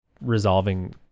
resolving